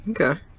Okay